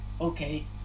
okay